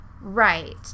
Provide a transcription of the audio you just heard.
Right